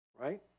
Right